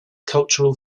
cultural